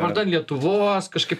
vardan lietuvos kažkaip